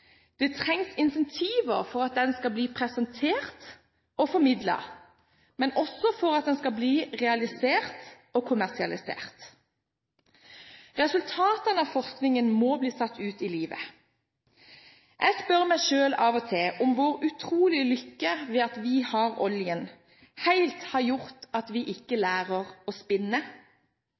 skal bli presentert og formidlet, men også for at den skal bli realisert og kommersialisert. Resultatene av forskningen må bli satt ut i livet. Jeg spør meg selv av og til om vår utrolige lykke ved at vi har oljen, har gjort at vi ikke lærer å spinne.